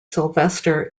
sylvester